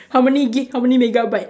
how many gig how many megabyte